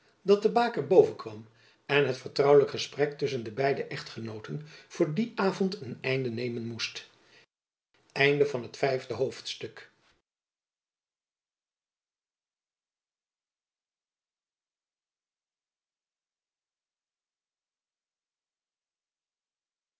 dat de baker boven kwam en het vertrouwelijk gesprek tusschen de beide echtgenooten voor dien avond een einde nemen moest jacob van lennep elizabeth musch zesde hoofdstuk